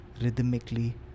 rhythmically